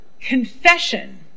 Confession